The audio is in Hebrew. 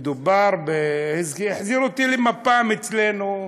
זה החזיר אותי למפ"ם אצלנו,